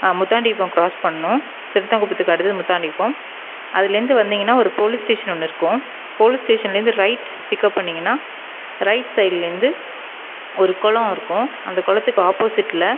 Muthandikuppam cross பண்ணணும் செடுத்தாங்குப்பத்துக்கு அடுத்தது முத்தாண்டிக்குப்பம் அதுலேருந்து வந்தீங்கன்னா ஒரு போலீஸ் ஸ்டேஷன் ஒன்று இருக்கும் போலீஸ் ஸ்டேஷன்லேந்து ரைட் பிக்அப் பண்ணீங்கன்னால் ரைட் சைட்லேந்து ஒரு குளோம் இருக்கும் அந்த குளத்துக்கு ஆப்போஸிட்டில்